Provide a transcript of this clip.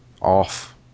off